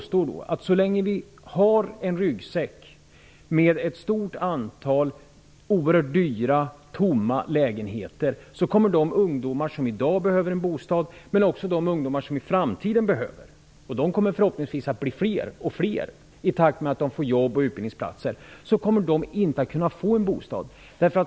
Så länge vi har en ryggsäck med ett stort antal oerhört dyra lägenheter som står tomma, kommer de ungdomar som i dag behöver en bostad och också de ungdomar som behöver en bostad i framtiden -- och de kommer förhoppningsvis att bli fler i takt med att de får jobb och utbildningsplatser -- inte att kunna få en bostad.